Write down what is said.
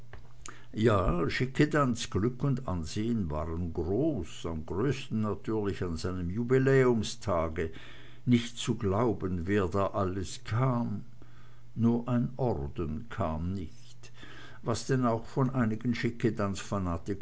ja schickedanz glück und ansehen waren groß am größten natürlich an seinem jubiläumstage nicht zu glauben wer da alles kam nur ein orden kam nicht was denn auch von einigen